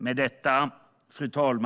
Fru talman!